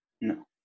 No